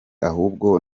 ahubwo